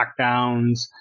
lockdowns